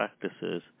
practices